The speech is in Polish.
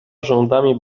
rzędami